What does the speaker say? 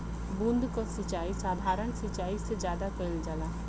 बूंद क सिचाई साधारण सिचाई से ज्यादा कईल जाला